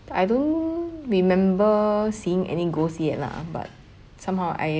I don't remember seeing any ghost yet lah but somehow I